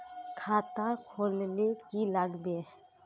खाता खोल ले की लागबे?